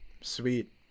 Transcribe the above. Sweet